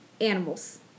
animals